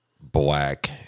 black